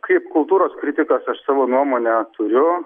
kaip kultūros kritikas aš savo nuomonę turiu